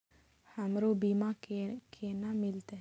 हमरो बीमा केना मिलते?